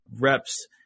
reps